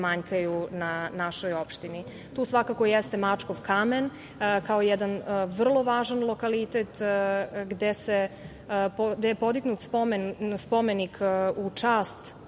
na našoj opštini. Tu svakako jeste Mačkov kamen, kao jedan vrlo važan lokalitet gde je podignut spomenik u čast